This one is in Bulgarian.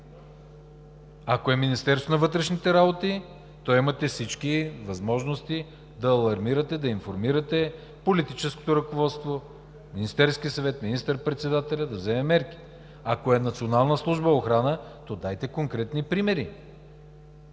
Ако е Министерството на вътрешните работи, то имате всички възможности да алармирате, да информирате политическото ръководство, Министерския съвет – министър‑председателят да вземе мерки. Ако е Националната служба за охрана, дайте конкретни примери.